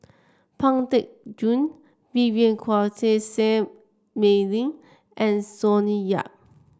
Pang Teck Joon Vivien Quahe Seah Mei Lin and Sonny Yap